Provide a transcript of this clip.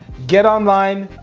get online,